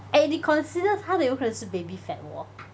eh 你 consider 她的有可能是 baby fat wor